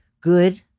good